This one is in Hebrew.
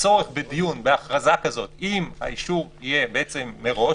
הצורך בדיון בהכרזה כזאת אם האישור יהיה מראש,